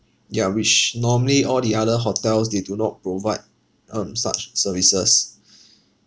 ya which normally all the other hotels they do not provide um such services